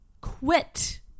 quit